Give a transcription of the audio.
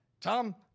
Tom